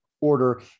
order